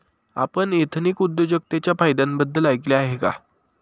आपण एथनिक उद्योजकतेच्या फायद्यांबद्दल ऐकले आहे का?